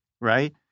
right